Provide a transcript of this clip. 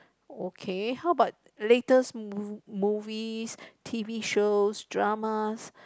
okay how about latest mo~ movies t_v shows dramas